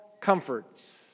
comforts